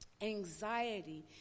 Anxiety